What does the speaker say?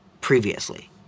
previously